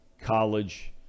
college